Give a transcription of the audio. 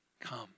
Come